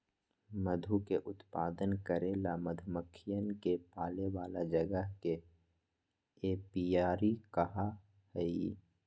मधु के उत्पादन करे ला मधुमक्खियन के पाले वाला जगह के एपियरी कहा हई